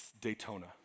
Daytona